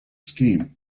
scheme